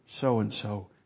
so-and-so